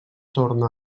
torna